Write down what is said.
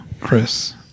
Chris